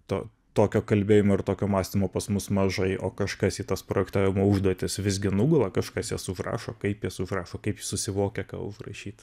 to tokio kalbėjimo ir tokio mąstymo pas mus mažai o kažkas į tas projektavimo užduotis visgi nugula kažkas jas užrašo kaip jas užrašo kaip susivokia ką užrašyt